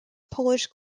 polish